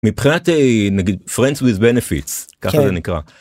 מבחינתי נגיד friends with benefits ככה זה נקרא.